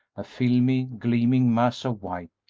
a filmy, gleaming mass of white,